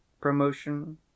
promotion